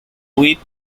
with